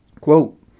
Quote